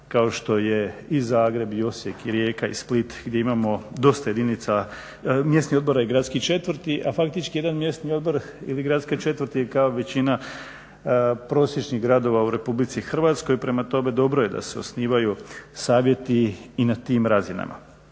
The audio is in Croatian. kao što je i Zagreb i Osijek i Rijeka i Split gdje imamo dosta jedinica, mjesnih odbora i gradskih četvrti, a faktički jedan mjesni odbor ili gradska četvrt je kao većina prosječnih gradova u Republici Hrvatskoj. Prema tome, dobro je da se osnivaju savjeti i na tim razinama.